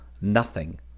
Nothing